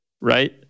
right